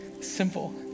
Simple